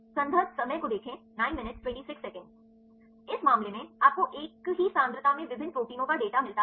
इस मामले में आपको एक ही सांद्रता में विभिन्न प्रोटीनों का डेटा मिलता है